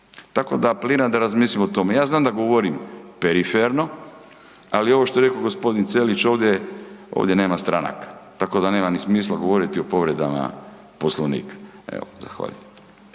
Tako da apeliram da razmislimo o tome. Ja znam da govorim periferno, ali ovo što je rekao gospodin Ćelić ovdje, ovdje nama stranaka tako da nema ni smisla govoriti o povredama Poslovnika. Zahvaljujem.